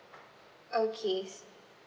okay